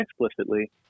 explicitly